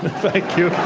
thank you,